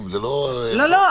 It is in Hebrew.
האם זה --- לא, לא.